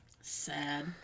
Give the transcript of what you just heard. Sad